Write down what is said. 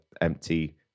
empty